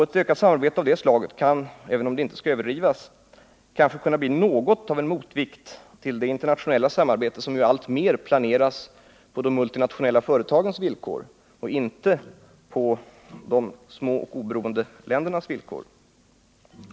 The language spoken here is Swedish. Ett ökat samarbete av det slaget kan — även om det inte skall överdrivas — kanske bli något av en motvikt till det internationella samarbete som nu alltmer planeras på de multinationella företagens villkor och inte på de små, oberoende ländernas villkor.